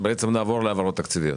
נגיע לכאן שוב